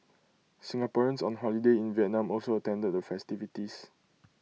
Singaporeans on holiday in Vietnam also attended the festivities